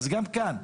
אז גם כאן.